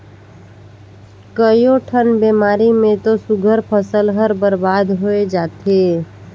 कयोठन बेमारी मे तो सुग्घर फसल हर बरबाद होय जाथे